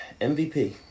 MVP